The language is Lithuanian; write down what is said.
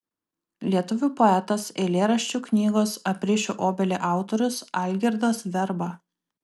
lietuvių poetas eilėraščių knygos aprišiu obelį autorius algirdas verba